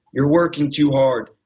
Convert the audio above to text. you're working too hard.